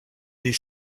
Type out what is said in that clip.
des